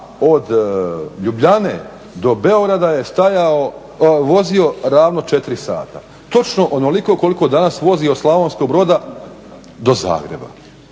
od Ljubljane do Beograda je vozio ravno 4 sata. Točno onoliko koliko danas vozi od Slavonskog Broda do Zagreba.